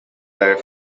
layer